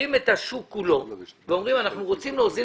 לוקחים את השוק כולו ואומרים שרוצים להוזיל